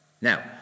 Now